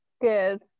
good